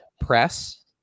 press